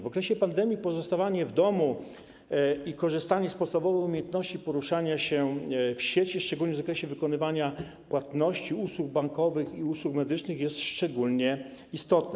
W okresie pandemii pozostawanie w domu i korzystanie z podstawowych umiejętności poruszania się w sieci, szczególnie w zakresie wykonywania płatności, usług bankowych i usług medycznych, jest szczególnie istotne.